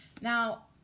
Now